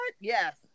Yes